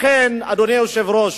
לכן, אדוני היושב-ראש,